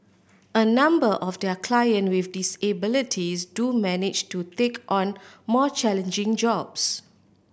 a number of their client with disabilities do manage to take on more challenging jobs